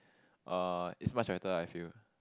uh is much better I feel